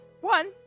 One